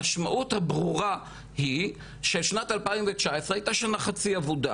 המשמעות הברורה היא ששנת 2019 הייתה שם חצי עבודה